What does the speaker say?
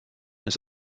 ist